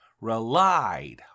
relied